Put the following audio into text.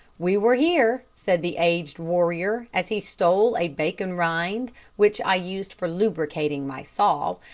we were here, said the aged warrior, as he stole a bacon-rind which i used for lubricating my saw,